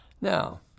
Now